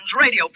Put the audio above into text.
radio